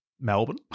Melbourne